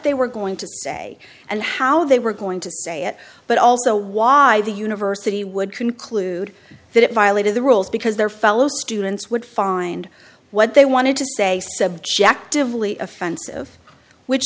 they were going to say and how they were going to say it but also why the university would conclude that it violated the rules because their fellow students would find what they wanted to say subjectively offensive which